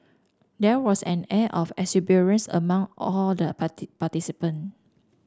there was an air of exuberance among all the party participant